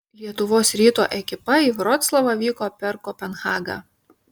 lietuvos ryto ekipa į vroclavą vyko per kopenhagą